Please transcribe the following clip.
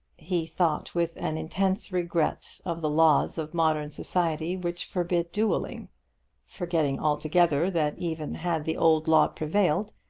he thought with an intense regret of the laws of modern society which forbid duelling forgetting altogether that even had the old law prevailed,